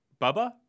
Bubba